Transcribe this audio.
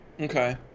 okay